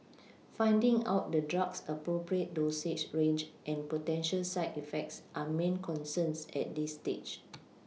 finding out the drug's appropriate dosage range and potential side effects are main concerns at this stage